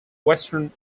western